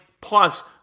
plus